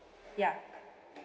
ya